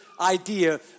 idea